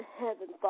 heaven